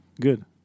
Good